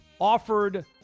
offered